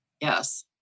Yes